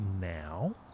now